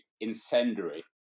incendiary